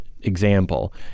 example